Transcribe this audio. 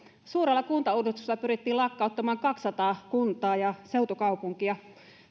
suurella kuntauudistuksella pyrittiin lakkauttamaan kaksisataa kuntaa ja seutukaupunkia